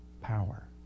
power